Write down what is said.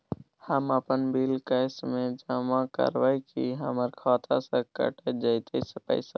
हम अपन bill cash म जमा करबै की हमर खाता स कैट जेतै पैसा?